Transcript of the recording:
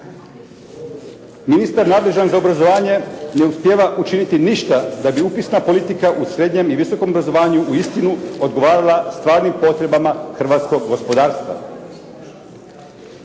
Ministar nadležan za obrazovanje ne uspijeva učiniti ništa da bi upisna politika u srednjem i visokom obrazovanju uistinu odgovarala stvarnim potrebama hrvatskog gospodarstva.